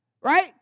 Right